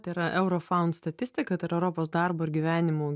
tai yra eurofaun statistika tai yra europos darbo ir gyvenimų